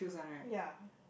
ya